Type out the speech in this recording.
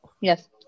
Yes